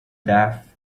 death